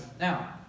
Now